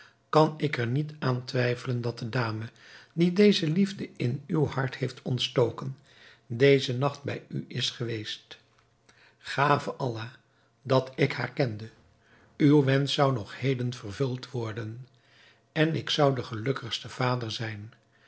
kan ik er niet aan twijfelen dat de dame die deze liefde in uw hart heeft ontstoken dezen nacht bij u is geweest gave allah dat ik haar kende uw wensch zou nog heden vervuld worden en ik zou de gelukkigste vader zijn